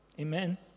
Amen